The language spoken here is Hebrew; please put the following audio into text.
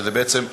שזה בעצם כלום,